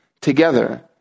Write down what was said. together